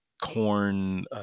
corn